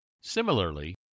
Similarly